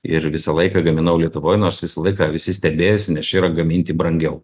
ir visą laiką gaminau lietuvoj nors visą laiką visi stebėjosi nes čia yra gaminti brangiau